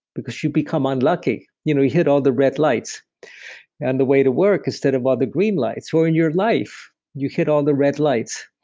because you become unlucky. you know you hit all the red lights on and the way to work instead of what the green lights, where in your life, you hit all the red lights.